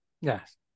Yes